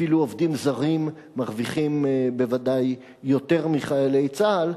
אפילו עובדים זרים מרוויחים בוודאי יותר מחיילי צה"ל,